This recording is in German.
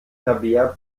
tabea